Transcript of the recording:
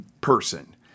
person